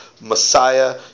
Messiah